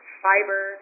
fiber